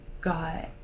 got